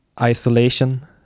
isolation